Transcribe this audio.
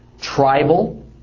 tribal